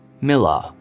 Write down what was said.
Miller